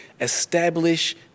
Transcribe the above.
establish